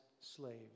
slaves